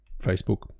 Facebook